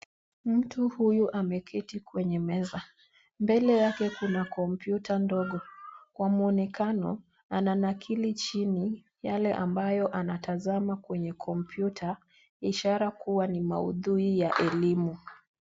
Mtu huyu ,ameketi kwenye meza. Mbele yake, kuna kompyuta ndogo. Kwa muonekano, ananakili chini yale ambayo anatazama kwenye kompyuta, ishara kuwa ni maudhui ya elimu.